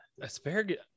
Asparagus